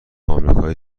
آمریکای